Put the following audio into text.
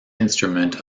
instrument